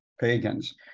pagans